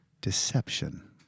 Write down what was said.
deception